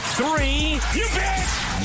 three